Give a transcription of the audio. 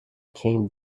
came